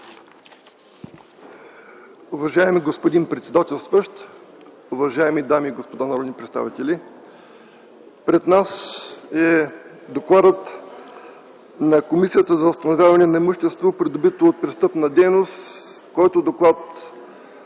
Уважаеми господин председател, уважаеми дами и господа народни представители! Пред нас е докладът на Комисията за установяване на имущество, придобито от престъпна дейност, който се